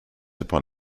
upon